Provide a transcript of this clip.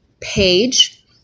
page